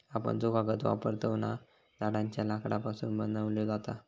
आपण जो कागद वापरतव ना, झाडांच्या लाकडापासून बनवलो जाता